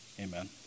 Amen